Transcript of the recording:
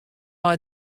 mei